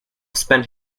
spent